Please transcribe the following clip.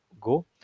go